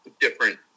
Different